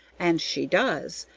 and she does,